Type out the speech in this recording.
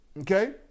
Okay